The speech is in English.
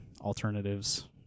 alternatives